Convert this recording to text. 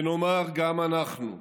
ונאמר גם אנחנו: